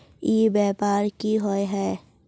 ई व्यापार की होय है?